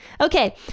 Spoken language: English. Okay